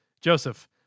Joseph